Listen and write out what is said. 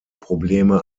probleme